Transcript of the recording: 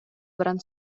баран